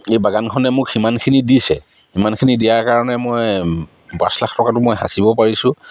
এই বাগানখনে মোক সিমানখিনি দিছে সিমানখিনি দিয়াৰ কাৰণে মই পাঁচ লাখ টকাতো মই সাঁচিব পাৰিছোঁ